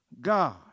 God